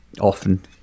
often